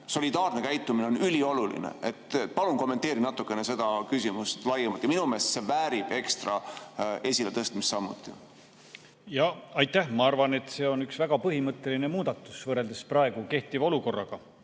solidaarne käitumine, on ülioluline. Palun kommenteeri natukene seda küsimust laiemalt. Minu meelest väärib see ekstra esiletõstmist. Aitäh! Ma arvan, et see on üks väga põhimõtteline muudatus, võrreldes praegu kehtiva olukorraga,